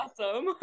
awesome